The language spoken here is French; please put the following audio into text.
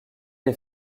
les